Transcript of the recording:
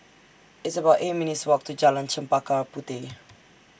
It's about eight minutes' Walk to Jalan Chempaka Puteh